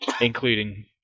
including